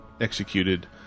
executed